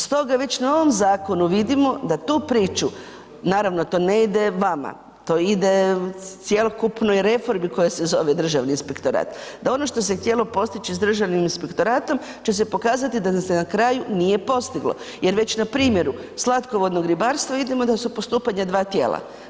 Stoga već na ovom zakonu vidimo da tu priču, naravno to ne ide vama, to ide cjelokupnoj reformi koja se zove Državni inspektorat, da ono što se htjelo postići s Državnim inspektoratom će se pokazati da se na kraju nije postiglo, jer već na primjeru slatkovodnog ribarstva vidimo da su postupanja dva tijela.